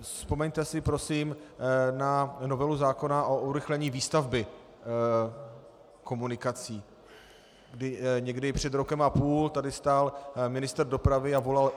Vzpomeňte si prosím na novelu zákona o urychlení výstavby komunikací, kdy někdy před rokem a půl tady stál ministr dopravy a volal: